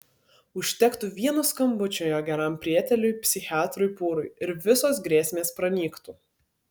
užtektų vieno skambučio jo geram prieteliui psichiatrui pūrui ir visos grėsmės pranyktų